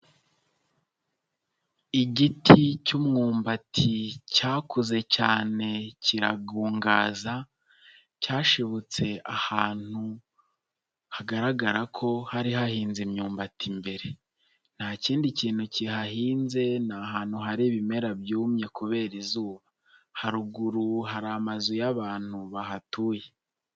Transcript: Igiti cy'umwumbati cyakuze cyane kiragungaza, cyashibutse ahantu hagaragara ko hari hahinze imyumbati mbere. nta kindi kintu kihahinze, ni ahantu hari ibimera byumye kubera izuba. Haruguru hari amazu y'abantu bahatuye.